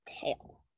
tail